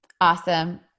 Awesome